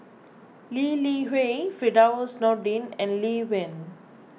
Lee Li Hui Firdaus Nordin and Lee Wen